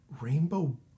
Rainbow